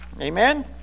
Amen